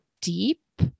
deep